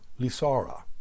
Lisara